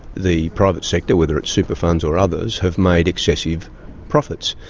the private sector, whether it's super funds or others, have made excessive profits.